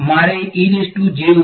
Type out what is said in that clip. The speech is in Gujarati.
વિદ્યાર્થી તમારી પાસે એક mu અને r છે